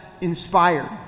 inspired